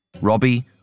Robbie